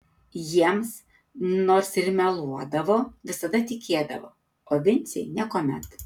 jiems nors ir meluodavo visada tikėdavo o vincei niekuomet